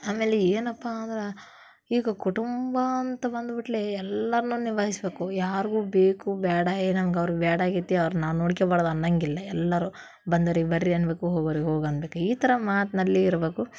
ಆಮೇಲೆ ಏನಪ್ಪ ಅಂದ್ರೆ ಈಗ ಕುಟುಂಬ ಅಂತ ಬಂದ್ಬಿಟ್ಲೆ ಎಲ್ರನ್ನೂ ನಿಭಾಯಿಸ್ಬೇಕು ಯಾರಿಗೂ ಬೇಕು ಬೇಡ ಏ ನಮ್ಗೆ ಅವ್ರು ಬೇಡಾಗೈತಿ ಅವ್ರ್ನ ನಾನು ನೋಡ್ಕೊಳ್ಬಾರ್ದು ಅನ್ನಂಗಿಲ್ಲ ಎಲ್ಲರೂ ಬಂದೋರಿಗೆ ಬರ್ರಿ ಅನ್ಬೇಕು ಹೋಗೋರಿಗೆ ಹೋಗಿ ಅನ್ಬೇಕು ಈ ಥರ ಮಾತಿನಲ್ಲಿ ಇರ್ಬೇಕು